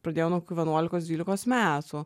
pradėjau kokių nuo vienuolikos dvylikos metų